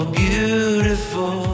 beautiful